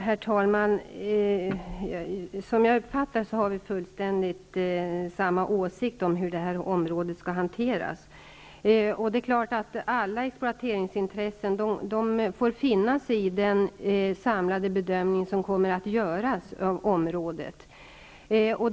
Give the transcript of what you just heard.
Herr talman! Som jag har uppfattat det har Annika Åhnberg och jag helt och hållet samma åsikt om hur detta område skall hanteras. Alla ex ploateringsintressen får naturligtvis finna sig i den samlade bedömning som kommer att göras av om rådet.